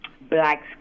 black